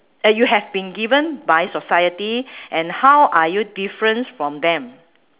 that you have been given by society and how are you different from them